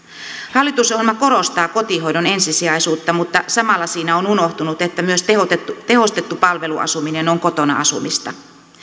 hallitusohjelma korostaa kotihoidon ensisijaisuutta mutta samalla siinä on unohtunut että myös tehostettu tehostettu palveluasuminen on kotona asumista